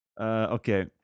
Okay